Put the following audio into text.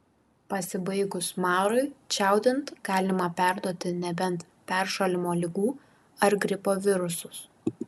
pasibaigus marui čiaudint galima perduoti nebent peršalimo ligų ar gripo virusus